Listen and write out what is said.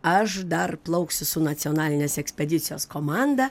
aš dar plauksiu su nacionalinės ekspedicijos komanda